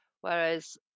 whereas